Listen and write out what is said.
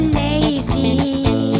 lazy